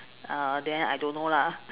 uh then I don't know lah